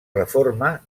reforma